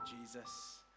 Jesus